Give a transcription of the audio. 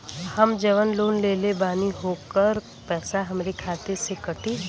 हम जवन लोन लेले बानी होकर पैसा हमरे खाते से कटी?